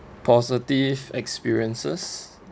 positive experiences